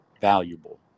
valuable